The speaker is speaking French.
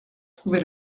trouvé